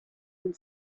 and